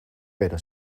pero